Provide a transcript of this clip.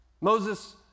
Moses